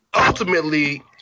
ultimately